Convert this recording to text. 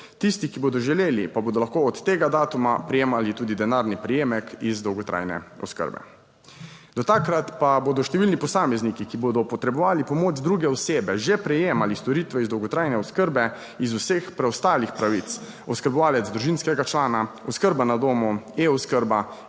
Tisti, ki bodo želeli, pa bodo lahko od tega datuma prejemali tudi denarni prejemek iz dolgotrajne oskrbe. Do takrat pa bodo številni posamezniki, ki bodo potrebovali pomoč druge osebe, že prejemali storitve iz dolgotrajne oskrbe, iz vseh preostalih pravic: oskrbovalec družinskega člana, oskrba na domu, e-oskrba